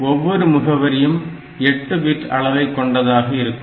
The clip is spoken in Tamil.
ஒவ்வொரு முகவரியும் 8 பிட் அளவை கொண்டதாக இருக்கும்